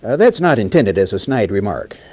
and that's not intended as a snide remark.